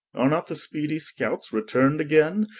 are not the speedy scouts return'd againe,